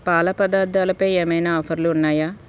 పాల పదార్ధాలపై ఏమైనా ఆఫర్లు ఉన్నాయా